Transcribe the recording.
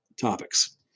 topics